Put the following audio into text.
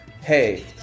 hey